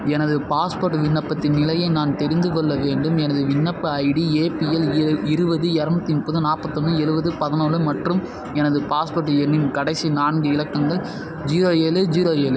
எனது பாஸ்போர்ட் விண்ணப்பத்தின் நிலையை நான் தெரிந்து கொள்ள வேண்டும் எனது விண்ணப்ப ஐடி ஏபிஎல் எ இருபது இரநூத்தி முப்பது நாற்பத்தொன்னு எழுவது பதினொன்று மற்றும் எனது பாஸ்போர்ட் எண்ணின் கடைசி நான்கு இலக்கங்கள் ஜீரோ ஏழு ஜீரோ ஏழு